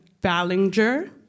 Ballinger